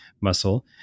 muscle